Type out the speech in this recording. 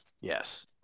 Yes